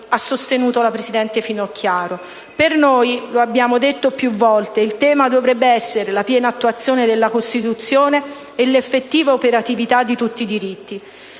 ha sostenuto sempre la presidente Finocchiario. Per noi, lo abbiamo detto più volte, il tema dovrebbe essere la piena attuazione della Costituzione e l'effettiva operatività di tutti diritti.